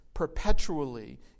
Perpetually